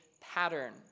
pattern